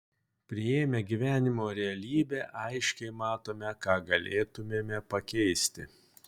priėmę gyvenimo realybę aiškiau matome ką galėtumėme pakeisti